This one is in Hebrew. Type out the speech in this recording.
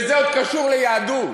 וזה עוד קשור ליהדות,